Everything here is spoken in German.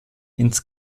ins